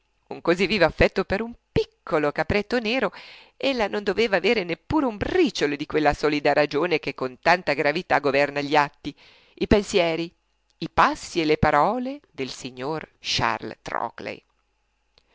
un così vivo affetto per un piccolo capretto nero ella non doveva avere neppure un briciolo di quella solida ragione che con tanta gravità governa gli atti i pensieri i passi e le parole del signor charles trockley